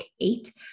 eight